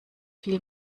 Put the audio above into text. viel